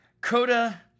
Coda